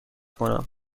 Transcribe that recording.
کنم